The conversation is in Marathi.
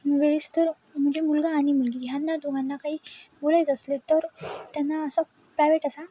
वेळेस तर म्हणजे मुलगा आणि मुलगी ह्यांना दोघांना काही बोलायचं असलं तर त्यांना असा प्रायव्हेट असा